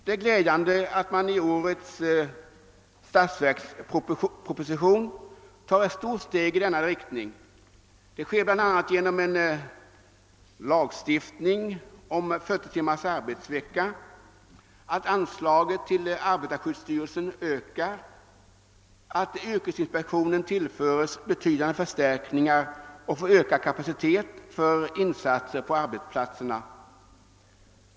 Det är glädjande att man i årets statsverksproposition tar ett stort steg i denna riktning, vilket sker bl.a. genom lagstiftning om 40-timmars arbetsvecka, genom att anslaget till arbetarskyddsstyrelsen höjs och genom att yrkesinspektionen tillförs betydande förstärkningar och får ökad kapacitet för insatser på arbetsplatserna.